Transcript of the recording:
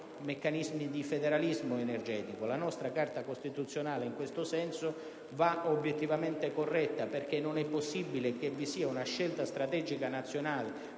La nostra Carta costituzionale in questo senso va corretta: non è possibile che vi sia una scelta strategica nazionale